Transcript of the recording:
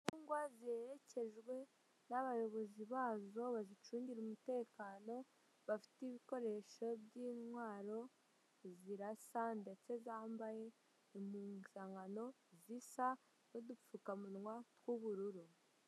Abagororwa bambaye imyenda ya oranje bavuye kubaka bamwe bafite ibitiyo abandi amasuka, amagorofane bari kuzamuka batashye bari ku murongo bari impande y'igipangu cyubakije amatafari ahiye asizemo amarangi y'umuhondo.